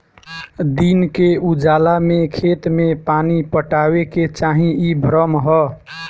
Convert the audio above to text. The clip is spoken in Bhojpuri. दिन के उजाला में खेत में पानी पटावे के चाही इ भ्रम ह